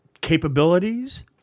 Capabilities